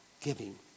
giving